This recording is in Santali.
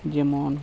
ᱡᱮᱢᱚᱱ